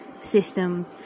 system